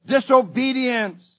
disobedience